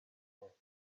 her